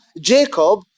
jacob